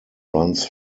runs